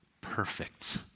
Perfect